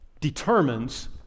determines